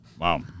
Wow